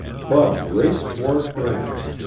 bud raced toward gramps,